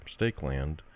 Stakeland